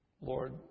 Lord